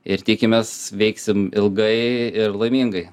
ir tikimės veiksim ilgai ir laimingai